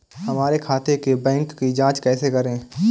हमारे खाते के बैंक की जाँच कैसे करें?